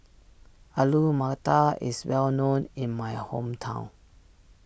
Alu Matar is well known in my hometown